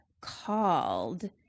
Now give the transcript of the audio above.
called